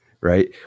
right